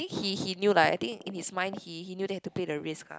he he knew lah I think in his mind he he knew that he have to pay the risk lah